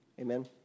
amen